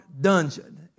dungeon